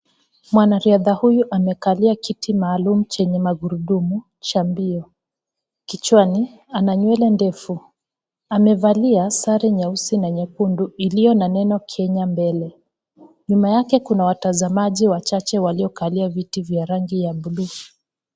Mwanariadha huyu amekalia kiti maalum chenye magurudumu , cha mbio. Kichwani ana nywele ndefu. Amevalia sare nyeusi na nyekundu, iliyo na neno Kenya mbele, nyuma yake kuna watazamaji wachache waliokalia viti vya rangi ya buluu.